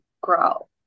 grow